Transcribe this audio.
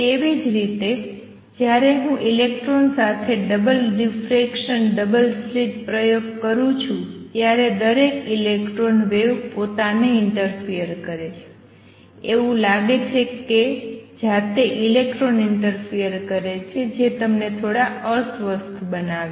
તેવી જ રીતે જ્યારે હું ઇલેક્ટ્રોન સાથે ડબલ ડિફ્રેક્શન ડબલ સ્લિટ પ્રયોગ વિશે વાત કરું છું ત્યારે દરેક ઇલેક્ટ્રોન વેવ પોતાને ઈંટરફિયર કરે છે એવું લાગે છે કે જાતે ઇલેક્ટ્રોન ઈંટરફિયર કરે છે જે તમને થોડા અસ્વસ્થ બનાવે છે